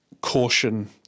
caution